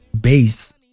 base